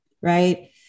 right